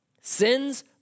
Sins